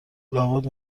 لابد